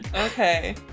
Okay